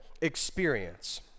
experience